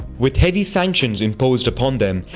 with heavy sanctions imposed upon them,